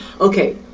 Okay